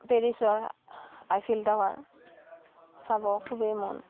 পেৰিছৰ Eiffel tower চাব খুবেই মন